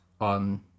on